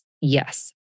yes